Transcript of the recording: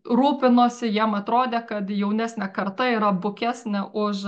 rūpinosi jiem atrodė kad jaunesnė karta yra bukesnė už